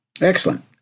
excellent